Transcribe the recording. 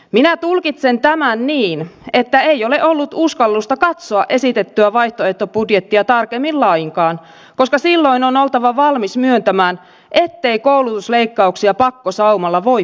minä tulkitsen tämän niin että ei ole ollut uskallusta katsoa esitettyä vaihtoehtobudjettia tarkemmin lainkaan koska silloin on oltava valmis myöntämään ettei koulutusleikkauksia pakkosaumalla voi perustella